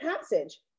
passage